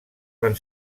van